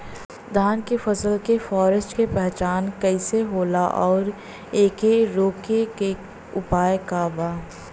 धान के फसल के फारेस्ट के पहचान कइसे होला और एके रोके के उपाय का बा?